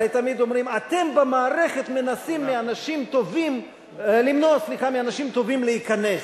תמיד אומרים: אתם במערכת מנסים למנוע מאנשים טובים להיכנס.